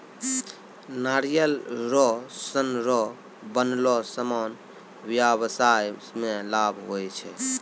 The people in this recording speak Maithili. नारियल रो सन रो बनलो समान व्याबसाय मे लाभ हुवै छै